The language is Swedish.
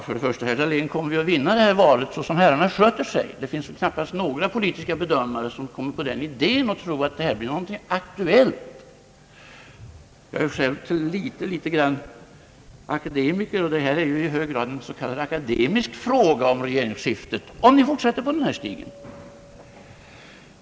Först och främst, herr Dahlén, kommer vi att vinna det instundande valet så som herrarna sköter sig! Det finns väl knappast några politiska bedömare som kommer på idéen att tro, att en annan utgång blir aktuell. Jag är själv något litet akademiker, och det är ju i hög grad en s.k. akademisk fråga om regeringsskiftet om ni fortsätter i den här stilen.